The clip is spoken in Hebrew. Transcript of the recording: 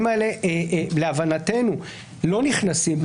האלה להבנתנו לא משליכים על המשפט האזרחי.